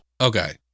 Okay